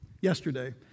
yesterday